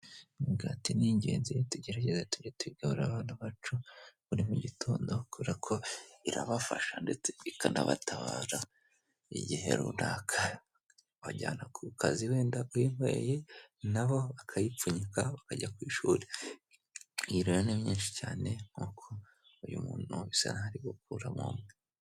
Imigati ni ingenzi, tugerageze tujye tuyigaburira abana bacu buri mu gitondo, kuberako irabafasha ndetse ikanabatabara igihe runaka, abajyana ku kazi wenda kuyinyweye na bo bakayipfunyika bakajya ku ishuri, iyi rero ni myinshi cyane nk'uko uyu muntu bisa nk'aho ari gukuramo umwe.